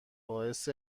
باعث